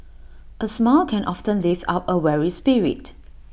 A smile can often lift up A weary spirit